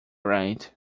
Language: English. right